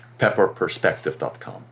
PepperPerspective.com